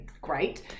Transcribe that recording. great